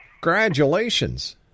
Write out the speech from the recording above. Congratulations